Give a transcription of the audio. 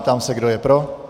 Ptám se, kdo je pro.